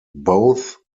both